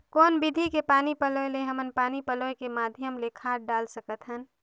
कौन विधि के पानी पलोय ले हमन पानी पलोय के माध्यम ले खाद डाल सकत हन?